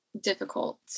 difficult